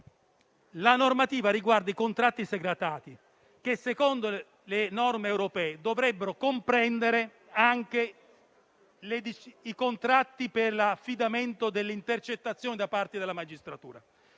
la normativa riguarda i contratti segretati, che secondo le norme europee dovrebbero comprendere anche i contratti per l'affidamento delle intercettazioni da parte della magistratura.